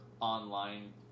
online